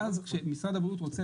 ואז כשמשרד הבריאות רוצה,